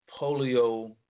polio